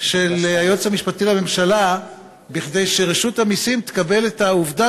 של היועץ המשפטי לממשלה כדי שרשות המסים תקבל את העובדה